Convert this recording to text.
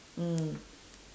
mm